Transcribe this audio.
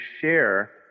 share